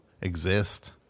exist